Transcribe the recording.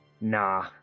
Nah